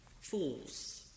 fools